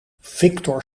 victor